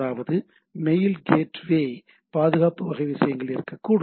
அதாவது mail gateway பாதுகாப்பு வகை விஷயங்கள் இருக்கக்கூடும்